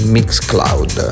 Mixcloud